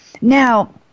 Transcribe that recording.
Now